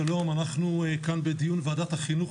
אנחנו כאן בדיון בוועדת החינוך,